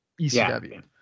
ECW